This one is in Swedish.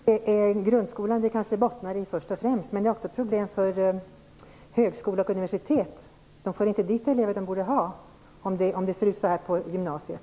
Fru talman! Det hela bottnar kanske först och främst i problemen i grundskolan. Men det är också ett problem för högskola och universitet. Man får inte de elever som man skulle vilja ha, när det ser ut så här på gymnasiet.